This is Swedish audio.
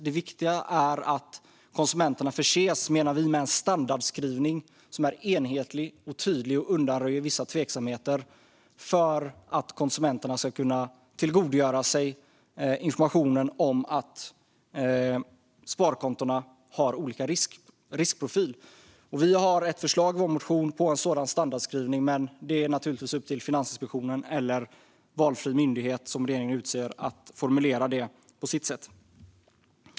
Det viktiga menar vi är att konsumenten förses med en standardskrivning som är enhetlig och tydlig och undanröjer vissa tveksamheter för att konsumenten ska kunna tillgodogöra sig informationen om att sparkontona har olika riskprofil. Vi har ett förslag i vår motion på en sådan standardskrivning, men det är naturligtvis upp till Finansinspektionen eller valfri myndighet som regeringen utser att formulera det på sitt sätt.